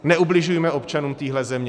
Neubližujme občanům téhle země.